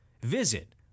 Visit